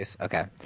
Okay